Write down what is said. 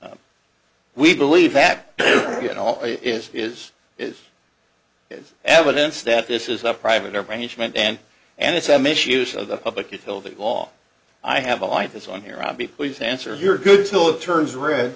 and we believe that you know is is is is evidence that this is a private arrangement and and it's a misuse of the public utility law i have a like this on here i'd be pleased to answer your good till it turns red